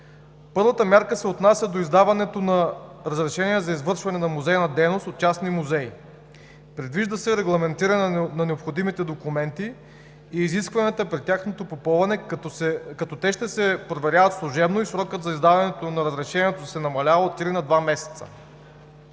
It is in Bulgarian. Първата мярка се отнася до издаването на разрешение за извършване на музейна дейност от частни музеи. Предвижда се регламентиране на необходимите документи и изискванията при тяхното попълване, като те ще се проверяват служебно и срокът за издаване на разрешението се намалява от три на два месеца.